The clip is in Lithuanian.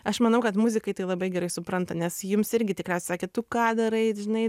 aš manau kad muzikai tai labai gerai supranta nes jums irgi tikriausiai sakė tu ką darai žinai